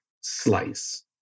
slice